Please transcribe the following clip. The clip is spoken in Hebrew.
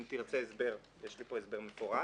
אם תרצה הסבר, יש לי פה הסבר מפורט.